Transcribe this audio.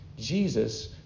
jesus